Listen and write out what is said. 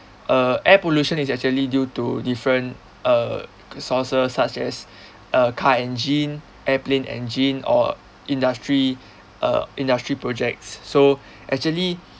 uh air pollution is actually due to different uh sources such as uh car engine aeroplane engine or industry uh industry projects so actually